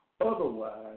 Otherwise